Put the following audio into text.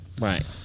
right